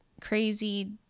crazy